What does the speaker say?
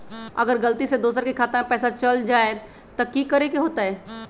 अगर गलती से दोसर के खाता में पैसा चल जताय त की करे के होतय?